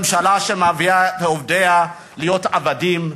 ממשלה שמביאה את עובדיה להיות עבדים,